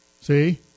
See